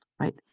right